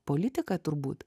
politiką turbūt